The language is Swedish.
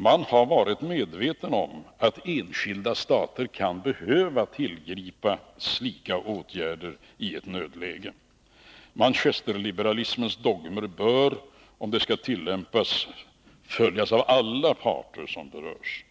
Man har varit medveten om att enskilda stater kan behöva tillgripa slika åtgärder i ett nödläge. Manchesterliberalismens dogmer bör, om de skall tillämpas, följas av alla parter som berörs.